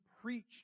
preached